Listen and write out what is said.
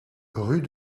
rue